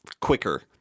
quicker